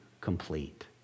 complete